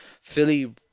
Philly